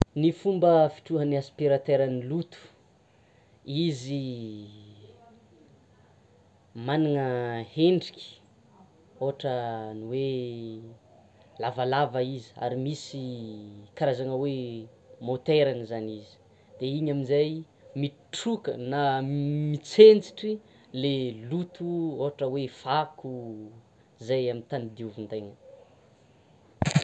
Ny fomba fitrohan'ny aspirateur ny loto, izy manana hendriky ohatra ny hoe lavalava izy, ary misy karazana hoe moteurany zany izy; de iny aminjay mitroka na mitsentsitry le loto izay amin'ny tany diovin-tegna.